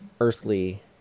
earthly